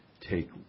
take